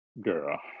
girl